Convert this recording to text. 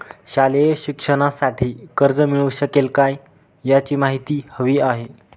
शालेय शिक्षणासाठी कर्ज मिळू शकेल काय? याची माहिती हवी आहे